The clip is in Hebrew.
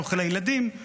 אוכל לילדים,